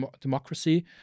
democracy